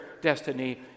destiny